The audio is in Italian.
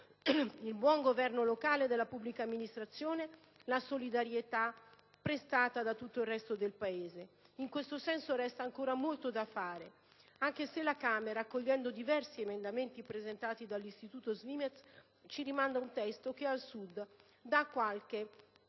il buon governo locale della pubblica amministrazione e la solidarietà prestata da tutto il resto del Paese. In questo senso, resta ancora molto da fare, anche se la Camera dei deputati, accogliendo diversi emendamenti presentati dall'istituto SVIMEZ, ci rimanda un testo che al Sud dà qualche